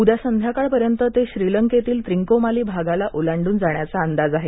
उद्या संध्याकाळपर्यंत ते श्रीलंकेतील त्रिंकोमाली भागाला ओलांडून जाण्याचा अंदाज आहे